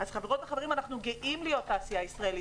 חברות וחברים, אנחנו גאים להיות תעשייה ישראלית.